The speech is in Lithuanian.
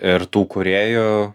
ir tų kūrėjų